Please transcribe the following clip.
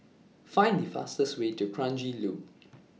Find The fastest Way to Kranji Loop